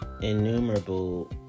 innumerable